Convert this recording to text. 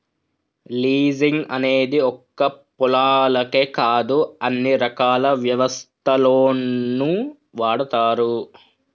leasing అనేది ఒక్క పొలాలకే కాదు అన్ని రకాల వ్యవస్థల్లోనూ వాడతారు